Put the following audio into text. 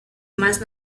más